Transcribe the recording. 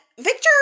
Victor